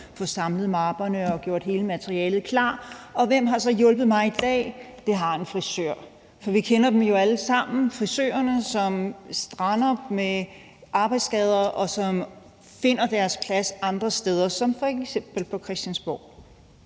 få samlet mapperne og gjort hele materialet klar, og hvem har så hjulpet mig i dag? Det har en frisør. For vi kender dem jo alle sammen, frisørerne, som strander med arbejdsskader, og som finder deres plads andre steder som f.eks. på Christiansborg.